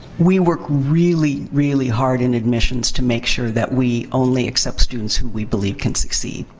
we work really, really hard in admissions to make sure that we only accept students who we believe can succeed.